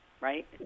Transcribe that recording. right